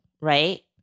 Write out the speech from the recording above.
right